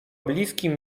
bliskim